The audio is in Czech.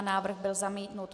Návrh byl zamítnut.